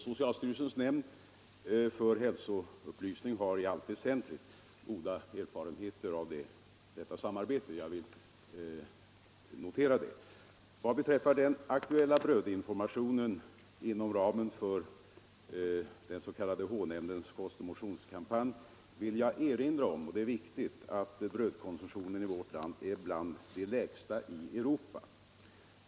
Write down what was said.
Socialstyrelsens nämnd för hälsoupplysning har i allt väsentligt goda erfarenheter av detta samarbete. Vad beträffar den aktuella brödinformationen inom ramen för den s.k. H-nämndens kostoch motionskampanj vill jag erinra om — och det är viktigt — att brödkonsumtionen i vårt land är bland de lägsta i Europa.